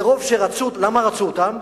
מרוב שרצו, למה רצו אותם?